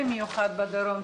במיוחד בדרום,